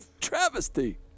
Travesty